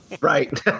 Right